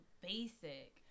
basic